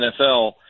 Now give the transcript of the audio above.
NFL